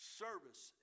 service